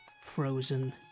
frozen